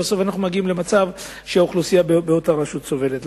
בסוף אנחנו מגיעים למצב שהאוכלוסייה באותה רשות סובלת.